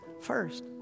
First